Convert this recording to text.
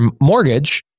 mortgage